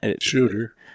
shooter